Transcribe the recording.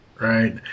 Right